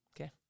Okay